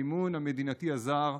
המימון המדינתי הזר,